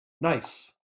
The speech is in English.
Nice